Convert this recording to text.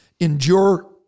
endure